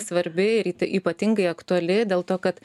svarbi ypatingai aktuali dėl to kad